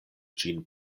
ĝin